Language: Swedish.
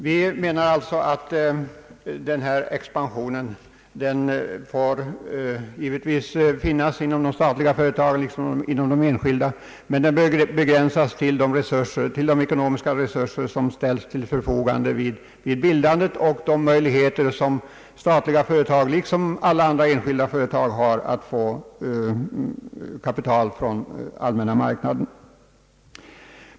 Vi menar alltså att en expansion givetvis får ske inom de statliga företagen liksom inom de enskilda, men den bör begränsas till de ekonomiska resurser som ställs till förfogande vid bildandet och till de möjligheter som statliga företag liksom alla enskilda företag har att få kapital från allmänna marknaden.